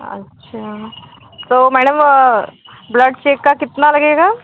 अच्छा तो madam blood check का कितना लगेगा